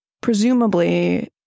presumably